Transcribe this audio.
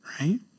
right